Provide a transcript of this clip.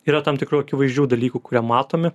yra tam tikrų akivaizdžių dalykų kurie matomi